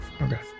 okay